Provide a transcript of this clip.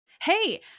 Hey